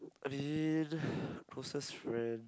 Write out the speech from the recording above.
I mean closest friend